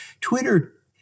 Twitter